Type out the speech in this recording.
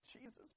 Jesus